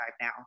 now